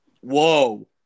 Whoa